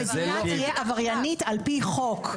המדינה תהיה עבריינית על-פי חוק.